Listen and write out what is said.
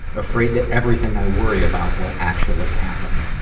afraid that everything i worry about will actually happen.